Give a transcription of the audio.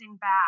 back